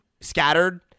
scattered